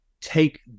take